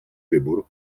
wybór